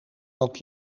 elk